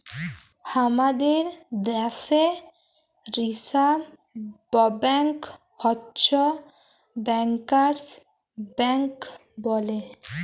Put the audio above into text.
হামাদের দ্যাশে reserve bank হচ্ছ ব্যাংকার্স ব্যাঙ্ক বলে